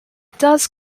does